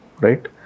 right